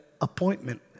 appointment